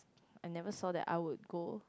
I never saw that I would go